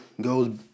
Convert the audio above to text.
goes